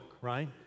right